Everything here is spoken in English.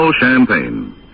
champagne